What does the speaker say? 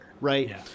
right